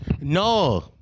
No